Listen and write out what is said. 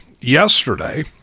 yesterday